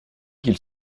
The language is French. qu’il